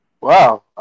Wow